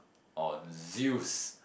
or Zeus